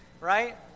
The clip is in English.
right